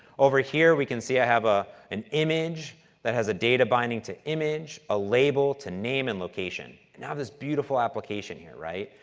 over here, we can see, have ah an image that has a data binding to image, a label to name and location. and i have this beautiful application here, right?